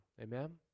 Amen